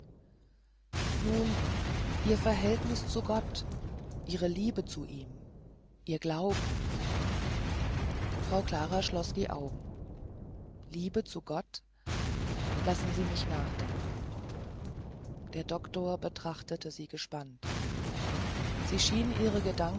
nun ihr verhältnis zu gott ihre liebe zu ihm ihr glauben frau klara schloß die augen liebe zu gott lassen sie mich nachdenken der doktor betrachtete sie gespannt sie schien ihre